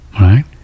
right